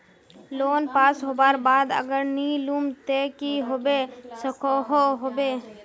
Loan pass होबार बाद अगर नी लुम ते की होबे सकोहो होबे?